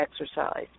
exercise